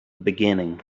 beginning